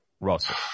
Russell